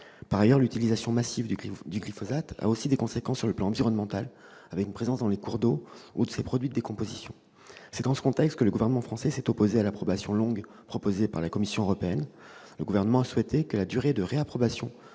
Par ailleurs, l'utilisation massive du glyphosate a des conséquences sur le plan environnemental : on constate la présence de cette substance dans les cours d'eau et dans ses produits de décomposition. C'est dans ce contexte que le gouvernement français s'est opposé à l'approbation longue proposée par la Commission européenne. Le Gouvernement a souhaité que la durée de réapprobation